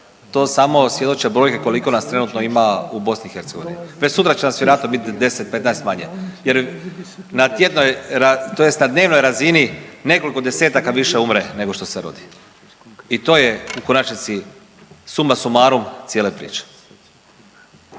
To samo svjedoče brojke koliko nas trenutno ima u Bosni i Hercegovini. Već sutra će nas vjerojatno biti 10, 15 manje jer na tjednoj, tj. na dnevnoj razini nekoliko desetaka više umre nego što se rodi i to je u konačnici suma sumarum cijele priče.